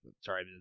Sorry